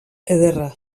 ederra